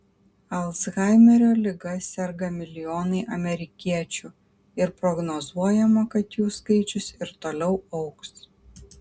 alzhaimerio liga serga milijonai amerikiečių ir prognozuojama kad jų skaičius ir toliau augs